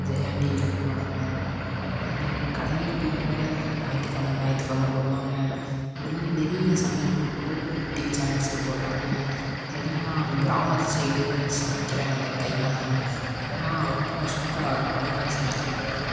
ஜெயா டிவியில் போடுவாங்க அப்புறம் வந்து கலைஞர் டிவியில் ஞாயிற்று கெழம ஞாயிற்று கெழம போடுவாங்க இந்தமாதிரி நிறைய சமையல் குறிப்புகள் டிவி சேனல்ஸில் போடுறாங்க நிறையா கிராமத்து சைடு சமைக்கிற அந்த கைமணம் அதெலாம் ரொம்ப சூப்பராக இருக்கும் அந்தமாதிரி சமையல் குறிப்புகளெலாம்